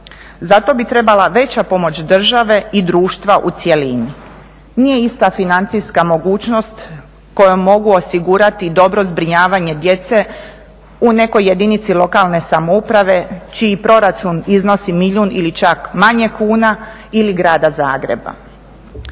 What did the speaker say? Zato bi trebala veća pomoć države i društva u cjelini. Nije ista financijska mogućnost kojom mogu osigurati dobro zbrinjavanje djece u nekoj jedinici lokalne samouprave čiji proračun iznosi milijun ili čak manje kuna ili grada Zagreba.